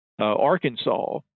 Arkansas